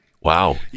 Wow